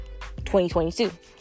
2022